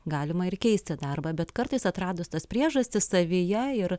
galima ir keisti darbą bet kartais atradus tas priežastis savyje ir